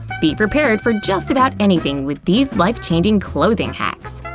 be prepared for just about anything with these life-changing clothing hacks!